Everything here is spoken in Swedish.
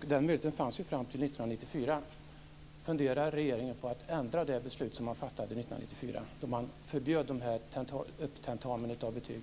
Den möjligheten fanns fram till 1994. Funderar regeringen på att ändra på det beslut som man fattade 1994 då man förbjöd upptentering av betyg?